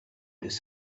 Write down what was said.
this